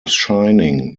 shining